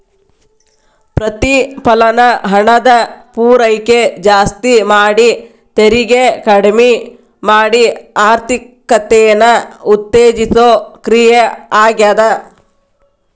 ಪ್ರತಿಫಲನ ಹಣದ ಪೂರೈಕೆ ಜಾಸ್ತಿ ಮಾಡಿ ತೆರಿಗೆ ಕಡ್ಮಿ ಮಾಡಿ ಆರ್ಥಿಕತೆನ ಉತ್ತೇಜಿಸೋ ಕ್ರಿಯೆ ಆಗ್ಯಾದ